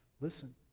listen